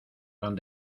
tan